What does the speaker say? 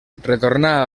retornà